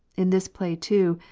in this play, too,